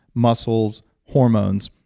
muscles, hormones,